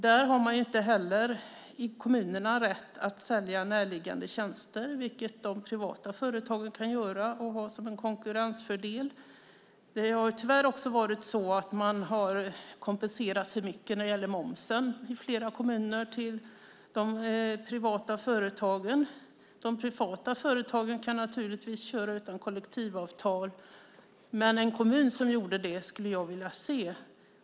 Där har man inte i kommunerna rätt att sälja närliggande tjänster, vilket de privata företagen kan göra och ha som en konkurrensfördel. Det har tyvärr också varit så att man har kompenserat för mycket när det gäller momsen i flera kommuner till de privata företagen. De privata företagen kan naturligtvis köra utan kollektivavtal, men en kommun som gjorde det skulle jag vilja se.